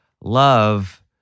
Love